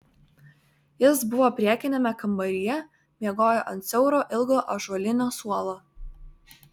jis buvo priekiniame kambaryje miegojo ant siauro ilgo ąžuolinio suolo